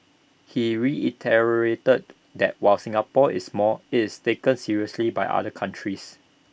he reiterated that while Singapore is small IT is taken seriously by other countries